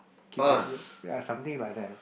keep it low ya something like that ah